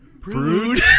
brood